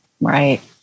Right